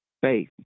Faith